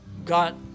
got